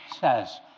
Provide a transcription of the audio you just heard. says